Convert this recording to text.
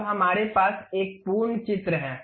अब हमारे पास एक पूर्ण चित्र है